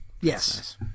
Yes